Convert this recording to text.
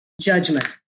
judgment